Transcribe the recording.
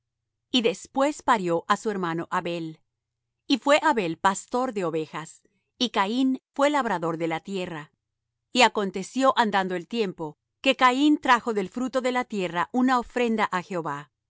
y después parió á su hermano abel y fué abel pastor de ovejas y caín fué labrador de la tierra y aconteció andando el tiempo que caín trajo del fruto de la tierra una ofrenda á jehová